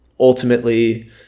ultimately